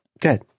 good